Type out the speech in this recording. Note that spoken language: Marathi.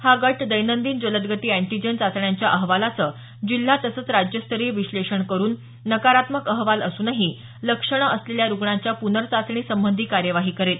हा गट दैनंदिन जलदगती अँटीजेन चाचण्यांच्या अहवालाचं जिल्हा तसंच राज्यस्तरीय विश्लेषण करून नकारात्मक अहवाल असूनही लक्षण असलेल्या रुग्णांच्या प्नर्चाचणी संबंधी कार्यवाही करेल